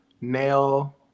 nail